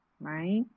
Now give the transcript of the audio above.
right